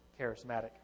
charismatic